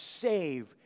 save